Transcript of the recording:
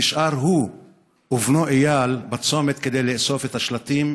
נשארו הוא ובנו אייל בצומת כדי לאסוף את השלטים.